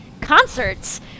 concerts